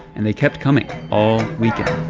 and they kept coming all weekend